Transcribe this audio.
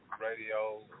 radio